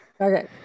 Okay